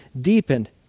deepened